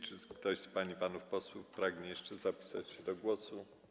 Czy ktoś z pań i panów posłów pragnie jeszcze zapisać się do głosu?